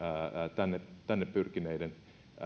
tänne tänne pyrkineiden